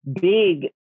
big